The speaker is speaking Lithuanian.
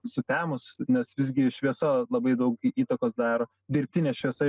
sutemus nes visgi šviesa labai daug į įtakos daro dirbtinė šviesa